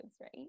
right